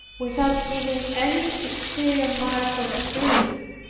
without giving any exterior mark of grief.